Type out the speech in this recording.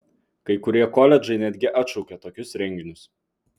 kai kurie koledžai netgi atšaukė tokius renginius